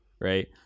Right